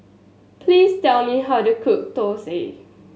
please tell me how to cook dosa